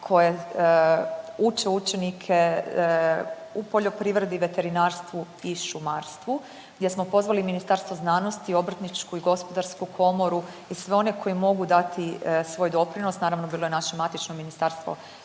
koje uče učenike u poljoprivredi, veterinarstvu i šumarstvu gdje smo pozvali Ministarstvo znanosti, Obrtničku i Gospodarsku komoru i sve one koji mogu dati svoj doprinos. Naravno bilo je naše matično Ministarstvo